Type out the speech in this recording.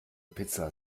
pizza